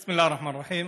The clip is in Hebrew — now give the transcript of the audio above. בסם אללה א-רחמאן א-רחים.